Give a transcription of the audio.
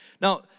Now